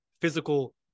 physical